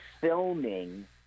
filming